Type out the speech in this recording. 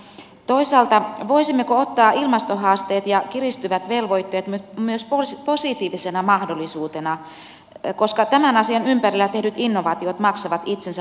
toisaalta voisimmeko ottaa ilmastohaasteet ja kiristyvät velvoitteet myös positiivisena mahdollisuutena koska tämän asian ympärillä tehdyt innovaatiot maksavat itsensä moninkertaisesti takaisin